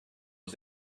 was